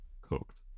cooked